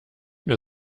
mehr